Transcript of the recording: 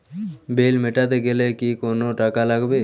বিল মেটাতে গেলে কি কোনো টাকা কাটাবে?